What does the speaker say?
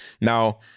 Now